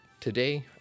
Today